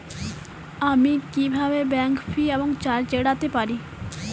আমি কিভাবে bank fee এবং চার্জ এড়াতে পারি?